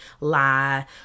lie